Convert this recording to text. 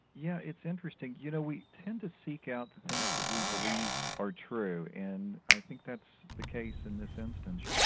yeah, it's interesting, you know we tend to seek out the things that we believe are true and i think that's the case in this instance.